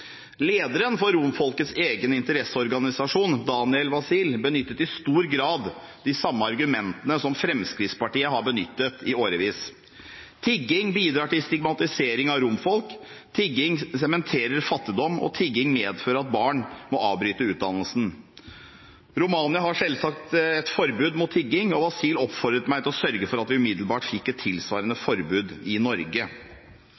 Lederen for romfolkets egen interesseorganisasjon, Daniel Vasile, benyttet i stor grad de samme argumentene som Fremskrittspartiet har benyttet i årevis: Tigging bidrar til stigmatisering av romfolk, tigging sementerer fattigdom, og tigging medfører at barn må avbryte utdannelsen. Romania har selvsagt et forbud mot tigging, og Vasile oppfordret meg til å sørge for at vi umiddelbart fikk et tilsvarende forbud i Norge.